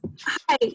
Hi